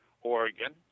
Oregon